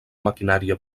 maquinària